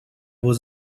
was